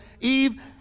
Eve